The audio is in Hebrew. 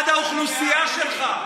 תצביע בעד האוכלוסייה שלך,